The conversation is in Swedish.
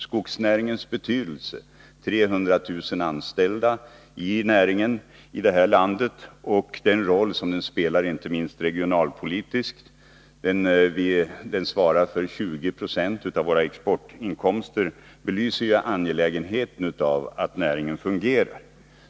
Skogsnäringens betydelse, det faktum att det finns 300 000 anställda inom näringen i det här landet samt den roll som näringen spelar, inte minst regionalpolitiskt — den svarar också för 20 26 av våra exportinkomster — belyser ju det angelägna i att näringen fungerar.